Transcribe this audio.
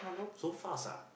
so fast ah